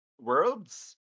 worlds